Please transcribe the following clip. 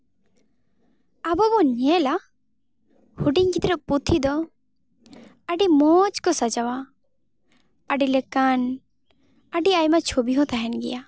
ᱟᱵᱚ ᱵᱚᱱ ᱧᱮᱞᱟ ᱦᱩᱰᱤᱧ ᱜᱤᱫᱽᱨᱟᱹ ᱯᱩᱛᱷᱤ ᱫᱚ ᱟᱹᱰᱤ ᱢᱚᱡᱽ ᱠᱚ ᱥᱟᱡᱟᱣᱟ ᱟᱹᱰᱤ ᱞᱮᱠᱟᱱ ᱟᱹᱰᱤ ᱟᱭᱢᱟ ᱪᱷᱚᱵᱤ ᱦᱚᱸ ᱛᱟᱦᱮᱱ ᱜᱮᱭᱟ